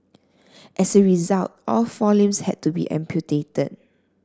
as a result all four limbs had to be amputated